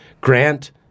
Grant